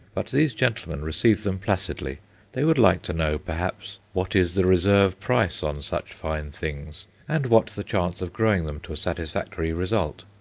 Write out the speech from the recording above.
but these gentlemen receive them placidly they would like to know, perhaps, what is the reserve price on such fine things, and what the chance of growing them to a satisfactory result.